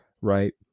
right